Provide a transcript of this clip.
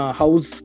house